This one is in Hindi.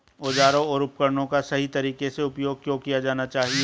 औजारों और उपकरणों का सही तरीके से उपयोग क्यों किया जाना चाहिए?